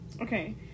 Okay